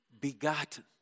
Begotten